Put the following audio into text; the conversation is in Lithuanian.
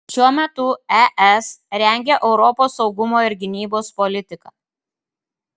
šiuo metu es rengia europos saugumo ir gynybos politiką